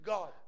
God